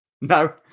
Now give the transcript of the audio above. No